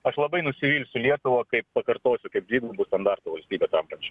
aš labai nusivilsiu lietuva kaip pakartosiu kaip dvigubų standartų valstybe tampančia